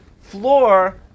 floor